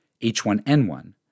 H1N1